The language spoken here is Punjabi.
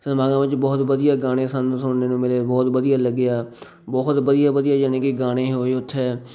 ਸਮਾਗਮਾਂ 'ਚ ਬਹੁਤ ਵਧੀਆ ਗਾਣੇ ਸਾਨੂੰ ਸੁਣਨ ਨੂੰ ਮਿਲੇ ਬਹੁਤ ਵਧੀਆ ਲੱਗਿਆ ਬਹੁਤ ਵਧੀਆ ਵਧੀਆ ਯਾਨੀ ਕਿ ਗਾਣੇ ਹੋਏ ਉੱਥੇ